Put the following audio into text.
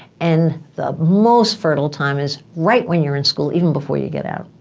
and the most fertile time is right when you're in school, even before you get out.